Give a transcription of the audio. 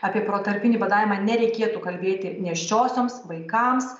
apie protarpinį badavimą nereikėtų kalbėti nėščiosioms vaikams